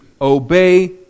obey